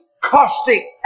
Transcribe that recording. caustic